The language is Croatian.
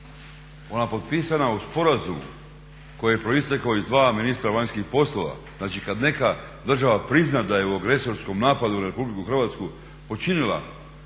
ona je potpisana u sporazumu koji je proistekao iz dva ministra vanjskih poslova. Znači kada neka država prizna da je u agresorskom napadu na Republiku Hrvatsku počinila